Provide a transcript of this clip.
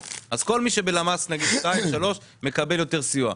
אז כל מי שבדירוג למ"ס 2 3 מקבל יותר סיוע.